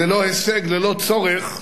ללא הישג, ללא צורך,